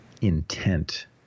Intent